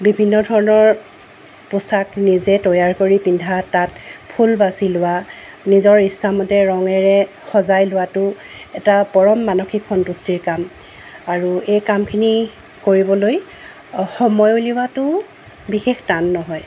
বিভিন্ন ধৰণৰ পোছাক নিজে তৈয়াৰ কৰি পিন্ধা তাত ফুল বাছি লোৱা নিজৰ ইচ্ছামতে ৰঙেৰে সজাই লোৱাটো এটা পৰম মানসিক সন্তুষ্টিৰ কাম আৰু এই কামখিনি কৰিবলৈ সময় উলিওৱাটো বিশেষ টান নহয়